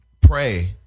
pray